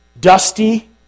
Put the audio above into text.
dusty